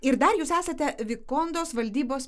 ir dar jūs esate vikondos valdybos